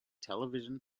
television